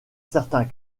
certains